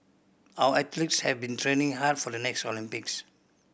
our athletes have been training hard for the next Olympics